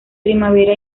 primavera